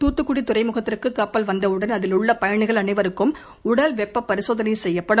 தூத்துக்குடதுறைமுகத்திற்குகப்பல் வந்தவுடன் அதில் உள்ளபயணிகள் அனைவருக்கும் உடல் வெப்பபரிசோதனைபரிசோதிக்கப்படும்